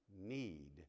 need